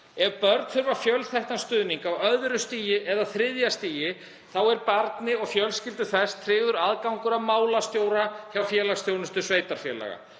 Ef börn þurfa fjölþættan stuðning á öðru eða þriðja stigi er barni og fjölskyldu þess tryggður aðgangur að málstjóra hjá félagsþjónustu sveitarfélaga.